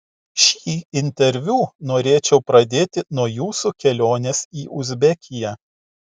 šį interviu norėčiau pradėti nuo jūsų kelionės į uzbekiją